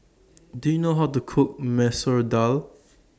Do YOU know How to Cook Masoor Dal